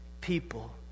people